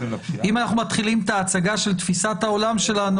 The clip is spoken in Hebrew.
אם אנחנו מתחילים את ההצגה של תפיסת העולם שלנו,